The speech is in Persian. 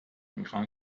میخام